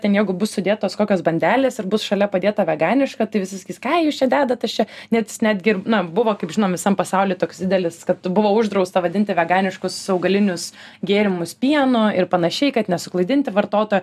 ten jeigu bus sudėtos kokios bandelės ir bus šalia padėta veganiška tai visi sakys ką jūs čia dedta aš čia net netgi ir na buvo kaip žinom visam pasauly toks didelis kad buvo uždrausta vadinti veganiškus augalinius gėrimus pienu ir panašiai kad nesuklaidinti vartotojo